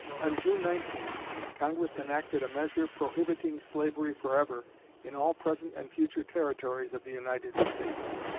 on june nineteen congress enacted a measure prohibiting slavery forever in all present and future territories of the united states.